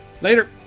Later